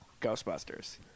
Ghostbusters